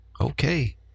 Okay